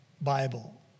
Bible